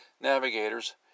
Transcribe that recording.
navigators